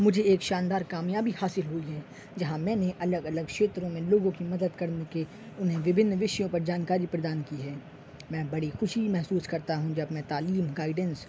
مجھے ایک شاندار کامیابی حاصل ہوئی ہے جہاں میں نے الگ الگ چھیتروں میں لوگوں کی مدد کرنے کی انہیں وبھنن وشیوں پر جانکاری پردان کی ہے میں بڑی خوشی محسوس کرتا ہوں جب میں تعلیم گائڈینس